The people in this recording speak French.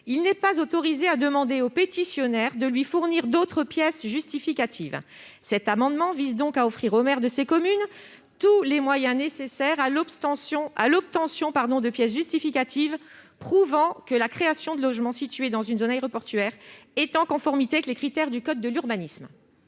il n'est pas autorisé à demander aux pétitionnaires de lui fournir d'autres pièces justificatives. Cet amendement tend donc à lui attribuer tous les moyens nécessaires à l'obtention de pièces justificatives prouvant que la création de logements situés dans une zone aéroportuaire est en conformité avec les principes du code de l'urbanisme.